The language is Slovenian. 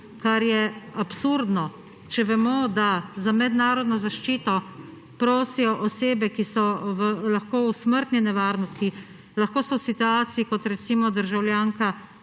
kar je absurdno. Če vemo, da za mednarodno zaščito prosijo osebe, ki so lahko v smrtni nevarnosti. Lahko so v situaciji kot recimo državljanka